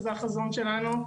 שזה החזון שלנו,